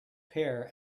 pear